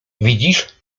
widzisz